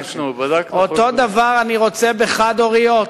בדקנו, בדקנו, אותו דבר אני רוצה לגבי החד-הוריות.